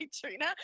Trina